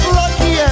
lucky